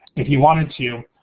if you wanted to,